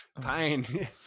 pain